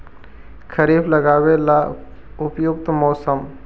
खरिफ लगाबे ला उपयुकत मौसम?